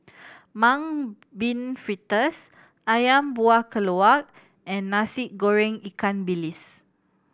Mung Bean Fritters Ayam Buah Keluak and Nasi Goreng ikan bilis